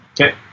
okay